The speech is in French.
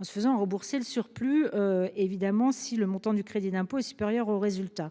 en se faisant rembourser le surplus évidemment. Si le montant du crédit d'impôt est supérieur aux résultats.